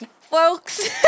Folks